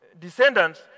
descendants